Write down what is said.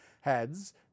heads